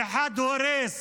אחד הורס